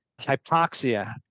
hypoxia